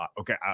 Okay